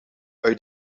uit